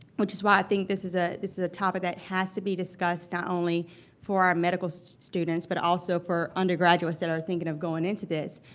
which is why i think this is ah this is a topic that has to be discussed, not only for our medical students, but also for undergraduates that are thinking of going into this,